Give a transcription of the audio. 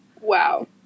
Wow